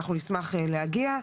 אנחנו נשמח להגיע.